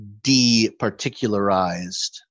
departicularized